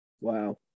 Wow